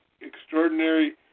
extraordinary